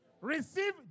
receive